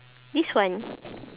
this one